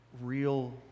real